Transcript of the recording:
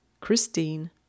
Christine